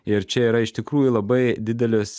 ir čia yra iš tikrųjų labai didelis